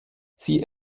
sie